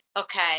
Okay